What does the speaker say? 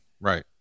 right